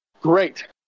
Great